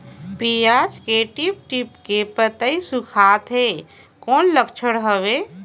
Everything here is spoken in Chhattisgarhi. पियाज के टीप टीप के पतई सुखात हे कौन लक्षण हवे?